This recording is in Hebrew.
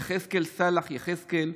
יחזקאל צאלח יחזקאל,